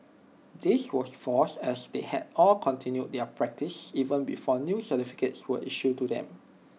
this was false as they had all continued their practice even before new certificates were issued to them